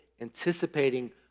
anticipating